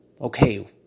Okay